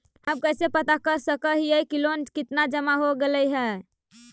हम कैसे पता कर सक हिय की लोन कितना जमा हो गइले हैं?